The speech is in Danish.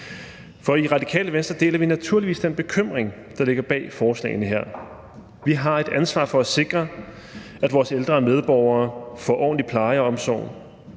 For i Radikale Venstre deler vi naturligvis den bekymring, der ligger bag forslagene her. Vi har et ansvar for at sikre, at vores ældre medborgere får ordentlig pleje og omsorg.